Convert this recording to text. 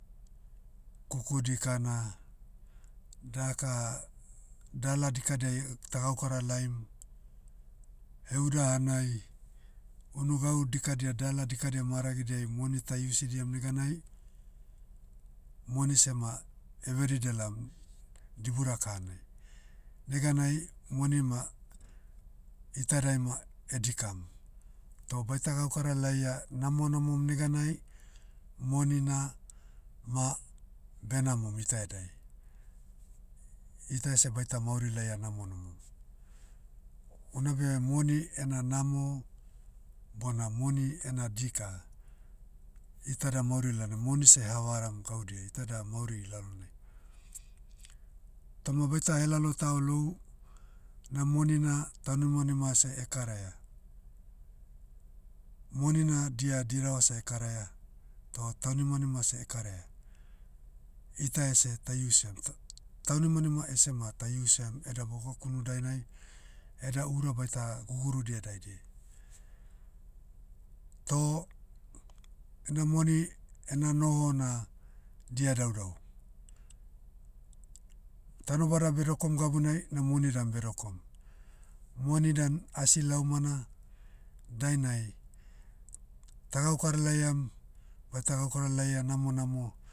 Kuku dikana, daka, dala dikadai tagaukara laim, heuda hanai, unu gau dikadia dala dikadia maragidiai moni ta iusidiam neganai, moni seh ma, everida laom, dibura kahanai. Neganai, moni ma, itadai ma, edikam. Toh baita gaukara laia namonamom neganai, moni na, ma, benamom ita edai. Ita ese baita mauri laia namonamom. Unabe moni ena namo, bona moni ena dika, itada mauri lalna moni seh havaram gaudia iteda mauri lalonai. Toma baita helalo tao lou, na moni na, taunimanima seh ekaraia. Moni na dia dirava seh ekaraia, toh taunimanima seh ekaraia. Ita ese ta iusiam t- taunimanima ese ma ta iusiam eda bogakunu dainai, eda ura baita ha gugurudia daidiai. Toh, ena moni, ena noho na, dia daudau. Tanobada bedokom gabunai, na moni dan bedokom. Moni dan asi laumana, dainai, ta gaukara laiam, baita gaukara laia namonamo,